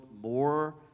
more